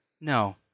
No